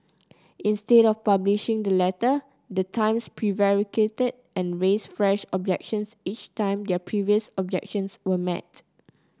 instead of publishing the letter the Times prevaricated and raised fresh objections each time their previous objections were met